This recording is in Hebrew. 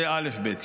זה אלף-בית.